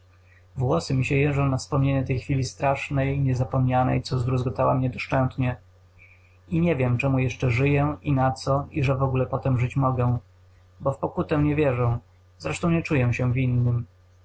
włosy mi się jeżą na wspomnienie tej chwili strasznej niezapomnianej co zdruzgotała mnie doszczętnie i nie wiem czemu jeszcze żyję i na co i że wogóle po tem żyć mogę bo w pokutę nie wierzę zresztą nie czuję się winnym